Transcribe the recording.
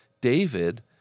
David